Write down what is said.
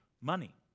money